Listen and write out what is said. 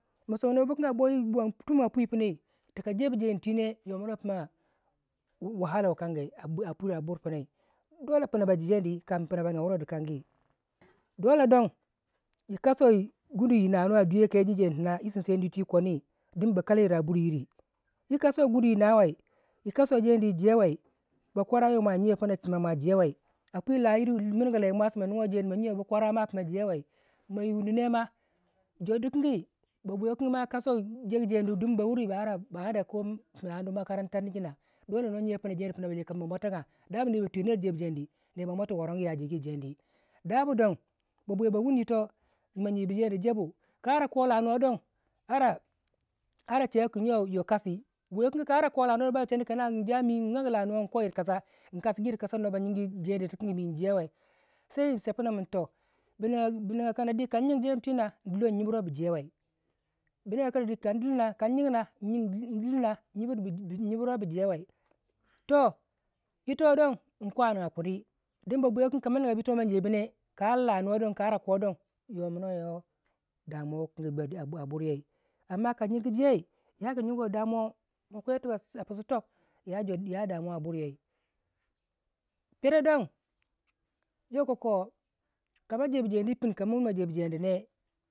ma songi nubu kanga bwo yi bwonni tum- tum a bur pmai, tika jebu jeni twii ne yomino pima wahala wukange a bur pinai dolle pino ba je jeni kamin pina banigya wusai dinkangi dolle don yikasuwai gunu yi nanuwai a dwii pinai kai je jeni tina yi sin dise yiti koni din ba kalayiro a buryiri pi kasuwai gudu yi na wei yikasuwei jeni yi jewei bakwara yoma gyi pina mwa jewei a pui layiru mirugulai mwasi magyi bakwara mwa buno jewai pma yi wunu ne ma babwiya wukange ma kasuwai jegujenu din ba wuni ba ba hara ba ko bakarantani nyina dolle no jyiwe pino jeni kapin ba bwataga dabu ner ba twio je bu jeni nerba mwatwi horongu jebu jeni da bu don bwiya ba wuni yito pma jyibu jeni jebu ka ara ko lanuwo don ara ara chewei kin yo kasi bwiya wukanke ka ara ko lawukan don ba jeni kin njami nko iri kasa ngyange lanuwoo nko iri ge kasa nkasiku iri kasa noba jyige yir kasa no ba jyige jeni tikin gi njewei sai nsapuna min toh buga kanadi kagyigi jeni twii na ndiliwoi njyburuwei bu jewei bu niga kanadi kan dilina njyimir wei bu jewei toh yito don iko anigya kunni din babwiya wukange kama nigabu ma jyibu ne ka ar la nuwa don ara ko don ya minuyowurei damuwa wungange a buryei amma ka jyigi jei yaku jyigo damuwa makwei tubak a pusu tok ya damu a buryei pero don yokoko kama chebu jeni yi pin ne kama